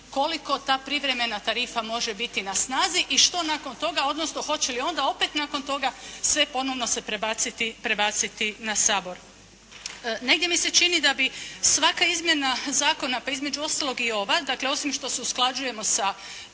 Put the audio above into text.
koliko ta privremena tarifa može biti na snazi i što nakon toga, odnosno hoće li onda opet nakon toga sve ponovno se prebaciti na Sabor. Negdje mi se čini da bi svaka izmjena zakona, pa između ostalog i ova. Dakle, osim što se usklađujemo sa